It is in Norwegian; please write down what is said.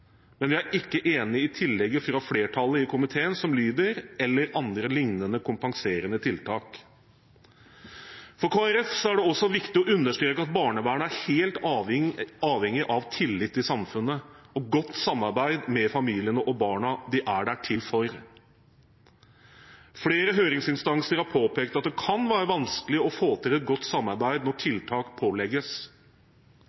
men vi er ikke enig i tillegget fra flertallet i komiteen, som lyder «eller andre lignende kompenserende tiltak». For Kristelig Folkeparti er det også viktig å understreke at barnevernet er helt avhengig av tillit i samfunnet og godt samarbeid med familiene og barna de er til for. Flere høringsinstanser har påpekt at det kan være vanskelig å få til et godt samarbeid når tiltak pålegges.